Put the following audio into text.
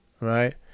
Right